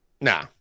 Nah